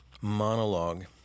monologue